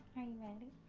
are you ready?